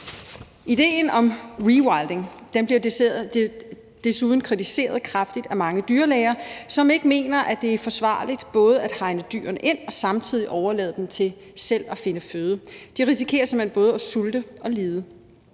Idéen om rewilding bliver desuden kritiseret kraftigt af mange dyrlæger, som ikke mener, at det er forsvarligt både at hegne dyrene ind og samtidig overlade dem til selv at finde føde. De risikerer simpelt hen både at sulte og lide.